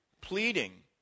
pleading